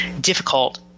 difficult